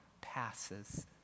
passes